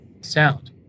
sound